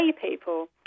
people